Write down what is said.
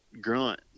grunt